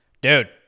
Dude